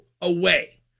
away